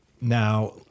Now